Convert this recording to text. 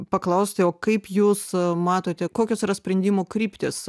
paklausti o kaip jūs matote kokios yra sprendimo kryptys